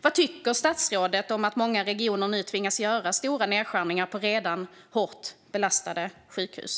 Vad tycker statsrådet om att många regioner nu tvingas göra stora nedskärningar på redan hårt belastade sjukhus?